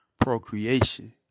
procreation